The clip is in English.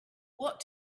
what